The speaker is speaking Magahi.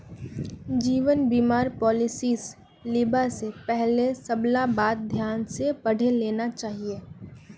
जीवन बीमार पॉलिसीस लिबा स पहले सबला बात ध्यान स पढ़े लेना चाहिए